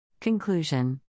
Conclusion